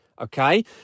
okay